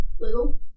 little